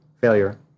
failure